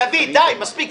דוד, די, מספיק.